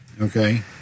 Okay